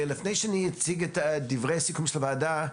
לפני שאני אציג את דברי הסיכום של הוועדה,